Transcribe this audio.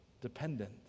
dependent